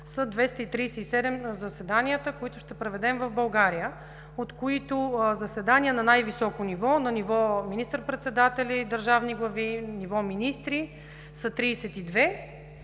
са заседанията, които ще проведем в България, от които заседания на най-високо ниво – на ниво министър-председатели и държавни глави, на ниво министри – са 32,